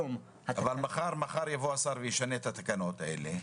אבל מחר יבוא השר וישנה את התקנות האלה.